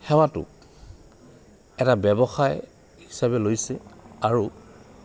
সেৱাটোক এটা ব্যৱসায় হিচাপে লৈছে আৰু